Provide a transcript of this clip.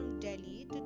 Delhi